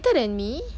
later than me